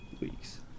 weeks